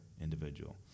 individual